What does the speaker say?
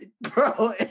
Bro